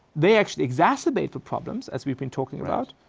they actually exacerbate the problems as we've been talking about,